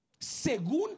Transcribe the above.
Según